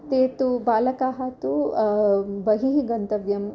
ते तु बालकाः तु बहिः गन्तव्यम्